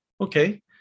Okay